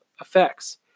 effects